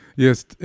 Yes